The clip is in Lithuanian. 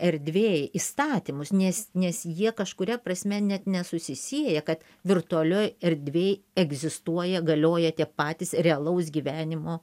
erdvėj įstatymus nes nes jie kažkuria prasme net nesusisieja kad virtualioj erdvėj egzistuoja galioja tie patys realaus gyvenimo